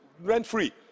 rent-free